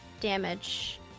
damage